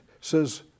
says